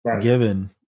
given